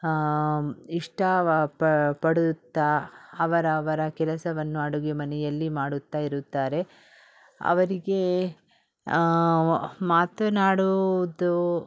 ಇಷ್ಟವ ಪಡುತ್ತಾ ಅವರ ಅವರ ಕೆಲಸವನ್ನು ಅಡುಗೆ ಮನೆಯಲ್ಲಿ ಮಾಡುತ್ತಾ ಇರುತ್ತಾರೆ ಅವರಿಗೆ ಮಾತನಾಡುವುದು